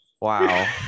Wow